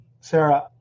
Sarah